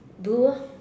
blue ah